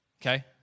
okay